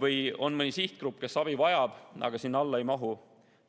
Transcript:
või on mõni sihtgrupp, kes abi vajab, aga sinna alla ei mahu.